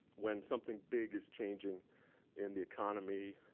when something big is changing in the economy